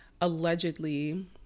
allegedly